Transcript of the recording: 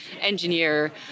engineer